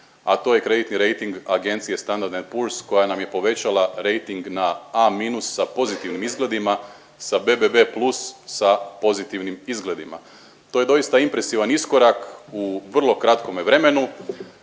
a to je kreditni rejting Agencije Standard&Poor's koja nam je povećala rejting na A- sa pozitivnim izgledima sa BB+ sa pozitivnim izgledima. To je doista impresivan iskorak u vrlo kratkome vremenu,